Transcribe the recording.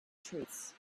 treats